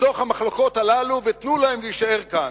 מתוך המחלוקות הללו, ותנו להם להישאר כאן.